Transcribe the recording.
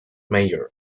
mayor